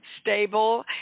stable